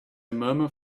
murmur